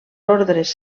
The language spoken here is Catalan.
ordres